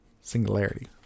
singularity